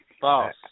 False